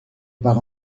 par